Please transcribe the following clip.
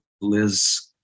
Liz